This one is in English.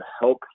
help